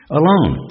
alone